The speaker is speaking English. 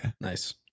Nice